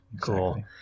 Cool